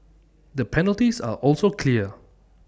the penalties are also clear